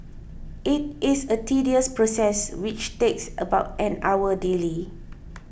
it is a tedious process which takes about an hour daily